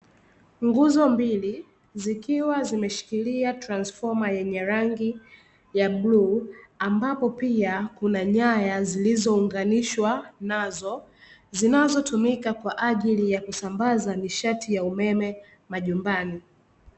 Nguzo mbili zikiwa zimeshikilia transfoma yenye rangi ya bluu, ambapo pia kuna nyaya zilizounganishwa nazo zinazotumika kwaajili ya kusambaza nishati ya umeme majumbani.